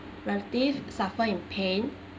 relative suffer in pain